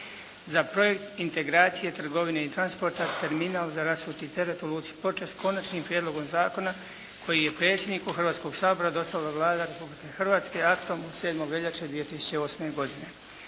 za “projekt integracije trgovine i transporta – terminal za rasuti teret u Luci Ploče“ s Konačnim prijedlogom zakona koji je predsjedniku Hrvatskog sabora dostavila Vlada Republike Hrvatske aktom od 7. veljače 2008. godine.